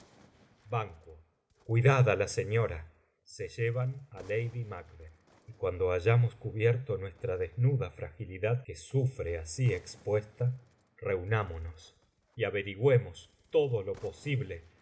ban cuidad á la señora se llevan á lady macbeth y cuando hayamos cubierto nuestra desnuda fragilidad que sufre así expuesta reunámonos y averigüemos todo lo posible